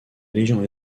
légion